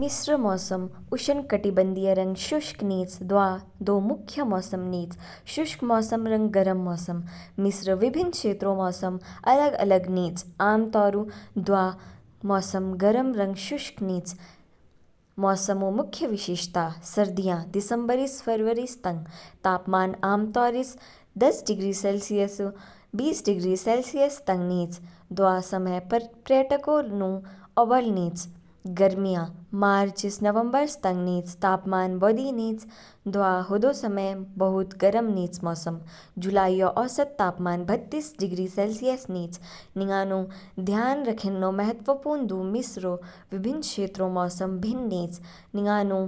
मिस्र मौसम उष्णकटिबंधीय रंग शुष्क निच, दवा दो मुख्य मौसम निच, शुष्क मौसम रंग गर्म मौसम। मिस्र विभिन्न क्षेत्रों मौसम अलग-अलग निच, आम तौर ऊ दवा मौसम गर्म रंग शुष्क निच। मौसम ऊ मुख्य विशेषता, सर्दियाँ, दिसंबर ईस फरवरीस तंग, तापमान आमतौरिस दस डिग्री सेलसियस ऊ बीस डिग्री सेलसियस तंग निच, दवा समय पर्यटकों नु औबल निच। गर्मियाँ, मार्च ईस नवंबर सतंग निच, तापमान बौधि निच दवा हदौ समय बहुत गर्म निच मौसम, जुलाईऔ औसत तापमान बत्तीस डिग्री सेलसियस निच। निंगानु ध्यान रखेन्नो महत्वपूर्ण दु मिस्रो विभिन्न क्षेत्रों मौसम भिन्न निच, निंगानु